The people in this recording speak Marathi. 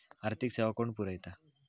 आर्थिक सेवा कोण पुरयता?